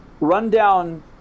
rundown